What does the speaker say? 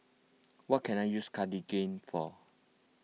what can I use Cartigain for